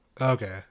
Okay